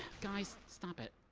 guys, stop it.